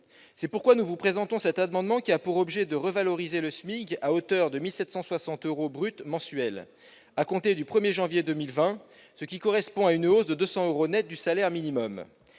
C'est pourquoi nous vous présentons cet amendement, dont l'objet est de revaloriser le SMIC à hauteur de 1 760 euros bruts mensuels, à compter du 1 janvier 2020, ce qui correspond à une hausse de 200 euros nets du salaire minimum.